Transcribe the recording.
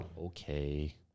Okay